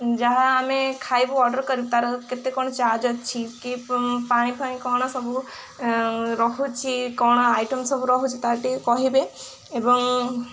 ଯାହା ଆମେ ଖାଇବୁ ଅର୍ଡ଼ର କରିବୁ ତାର କେତେ କ'ଣ ଚାର୍ଜ ଅଛି କି ପାଣି ଫାଣି କ'ଣ ସବୁ ରହୁଛି କ'ଣ ଆଇଟମ୍ ସବୁ ରହୁଛି ତା ଟିକେ କହିବେ ଏବଂ